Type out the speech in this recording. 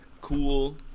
cool